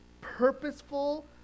purposeful